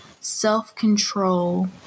self-control